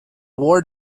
ward